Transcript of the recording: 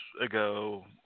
ago